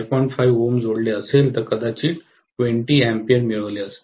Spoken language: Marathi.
5 Ω जोडलेले असते तर कदाचित 20 A मिळवले असते